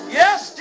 yes